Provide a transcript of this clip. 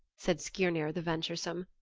said skirnir the venturesome,